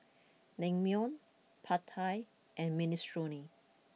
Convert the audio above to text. Naengmyeon Pad Thai and Minestrone